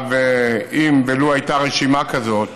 ולו הייתה רשימה כזאת,